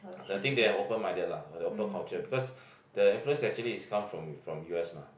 I think they are open minded lah they open culture because the influence actually is come from from U_S mah